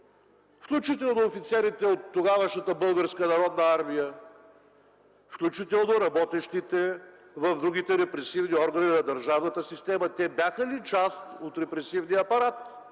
включително офицерите от тогавашната Българската народна армия, включително работещите в другите репресивни органи на държавната система: те бяха ли част от репресивния апарат?